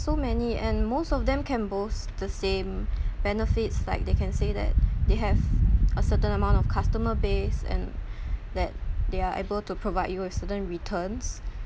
so many and most of them can boast the same benefits like they can say that they have a certain amount of customer base and that they are able to provide you with a certain returns